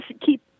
keep